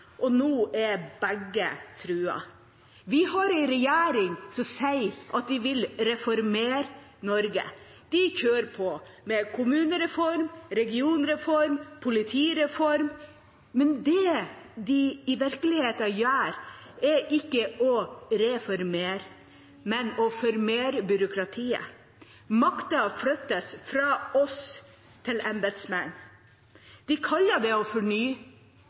Og nå er begge truet. Vi har en regjering som sier at de vil reformere Norge. De kjører på med kommunereform, regionreform, politireform, men det de i virkeligheten gjør, er ikke å reformere, men å formere byråkratiet. Makten flyttes fra oss til embetsmenn. De kaller det å fornye